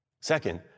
Second